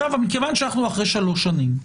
מכיוון שאנחנו כבר שלוש שנים אחרי,